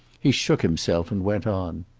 he shook himself and went on.